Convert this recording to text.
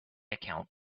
account